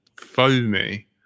foamy